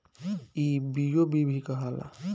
ई बी.ओ.बी भी कहाला